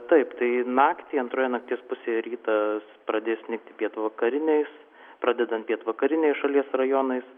taip tai naktį antroje nakties pusėje rytas pradės snigti pietvakariniais pradedant pietvakariniais šalies rajonais